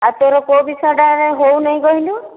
ଆଉ ତୋର କେଉଁ ବିଷୟଟା ହେଉ ନାହିଁ କହିଲୁ